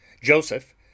Joseph